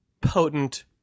potent